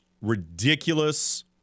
ridiculous